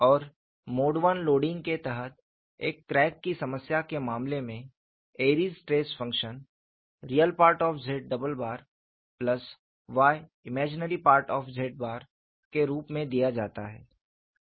और mode I loading के तहत एक क्रैक की समस्या के मामले में Airy's stress function Re Z y Im Z के रूप में दिया जाता है